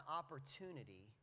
opportunity